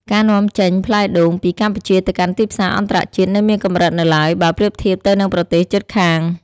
ការនាំចេញផ្លែដូងពីកម្ពុជាទៅកាន់ទីផ្សារអន្តរជាតិនៅមានកម្រិតនៅឡើយ បើប្រៀបធៀបទៅនឹងប្រទេសជិតខាង។